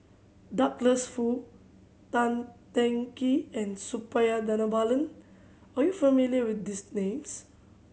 Douglas Foo Tan Teng Kee and Suppiah Dhanabalan are you familiar with these names